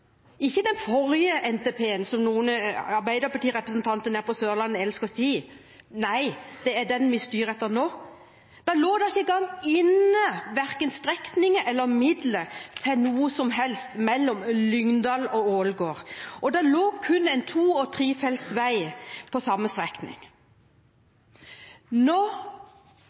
ikke den forrige NTP-en, som noen Arbeiderparti-representanter nede på Sørlandet elsker å si, men den vi styrer etter nå – lå det ikke engang inne verken strekninger eller midler til noe som helst mellom Lyngdal og Ålgård. Det lå inne kun en to- og trefelts vei på samme strekning. Nå